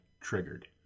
triggered